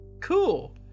Cool